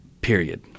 period